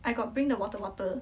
I got bring the water bottle